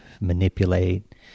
manipulate